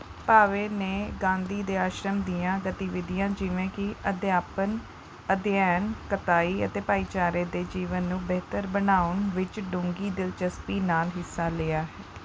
ਭਾਵੇ ਨੇ ਗਾਂਧੀ ਦੇ ਆਸ਼ਰਮ ਦੀਆਂ ਗਤੀਵਿਧੀਆਂ ਜਿਵੇਂ ਕਿ ਅਧਿਆਪਨ ਅਧਿਐਨ ਕਤਾਈ ਅਤੇ ਭਾਈਚਾਰੇ ਦੇ ਜੀਵਨ ਨੂੰ ਬਿਹਤਰ ਬਣਾਉਣ ਵਿੱਚ ਡੂੰਘੀ ਦਿਲਚਸਪੀ ਨਾਲ ਹਿੱਸਾ ਲਿਆ